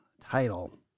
title